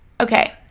Okay